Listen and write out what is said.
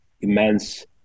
immense